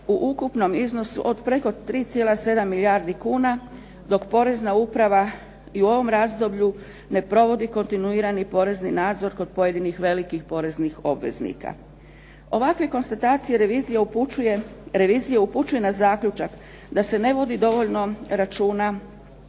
u ukupnom iznosu od preko 3.7 milijardi kuna dok porezna uprava i u ovom razdoblju ne provodi kontinuirani porezni nadzor kod pojedinih velikih poreznih obveznika. Ovakve konstatacije revizija upućuje na zaključak da se ne vodi dovoljno računa